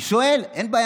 אין בעיה,